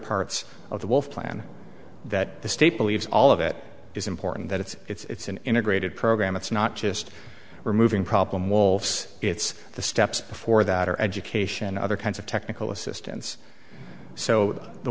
parts of the wolf plan that the state believes all of it is important that it's an integrated program it's not just removing problem wolves it's the steps for that are education and other kinds of technical assistance so the